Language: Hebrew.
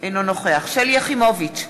אינו נוכח שלי יחימוביץ,